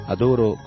Adoro